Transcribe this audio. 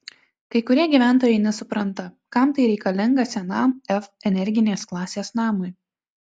kai kurie gyventojai nesupranta kam tai reikalinga senam f energinės klasės namui